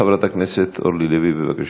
חברת הכנסת אורלי לוי, בבקשה.